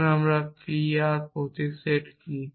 আসুন আমরা বলি p r প্রতীক সেট কি